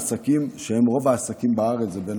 רוב העסקים בארץ הם קטנים ובינוניים,